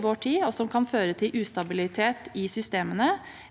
i vår tid, og som kan føre til ustabilitet i systemene,